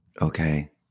Okay